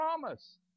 promise